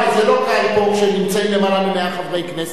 זה לא קל פה כשנמצאים יותר מ-100 חברי כנסת.